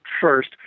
first